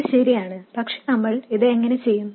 ഇത് ശരിയാണ് പക്ഷേ നമ്മൾ ഇത് എങ്ങനെ ചെയ്യും